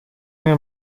mir